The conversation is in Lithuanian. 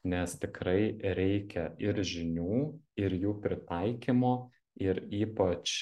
nes tikrai reikia ir žinių ir jų pritaikymo ir ypač